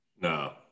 No